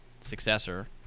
successor